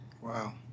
Wow